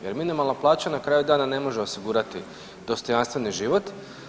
Jer minimalna plaća na kraju dana ne može osigurati dostojanstveni život.